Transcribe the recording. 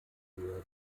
höher